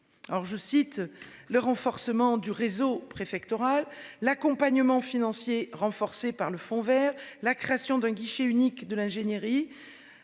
je pense au renforcement du réseau préfectoral, à l'accompagnement financier renforcé par le fonds vert, à la création d'un guichet unique de l'ingénierie